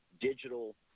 digital